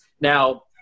Now